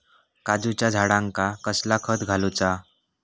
काजूच्या झाडांका कसला खत घालूचा?